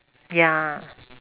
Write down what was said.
ya